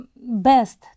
best